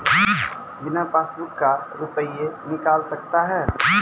बिना पासबुक का रुपये निकल सकता हैं?